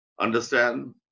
Understand